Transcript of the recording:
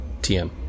TM